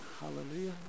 Hallelujah